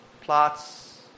plots